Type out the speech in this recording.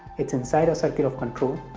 it's inside our circle of control,